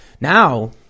now